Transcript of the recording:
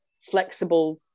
flexible